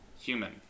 human